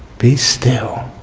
be still,